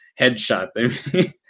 headshot